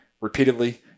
repeatedly